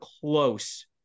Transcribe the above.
close